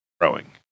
growing